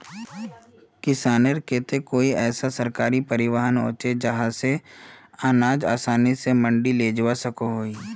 किसानेर केते ऐसा कोई सरकारी परिवहन होचे जहा से अनाज आसानी से मंडी लेजवा सकोहो ही?